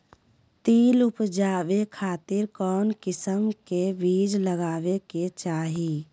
तिल उबजाबे खातिर कौन किस्म के बीज लगावे के चाही?